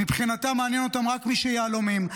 מבחינתם מעניין אותם רק מי שיהלומים,